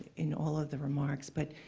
in all of the remarks. but